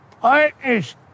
partners